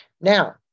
Now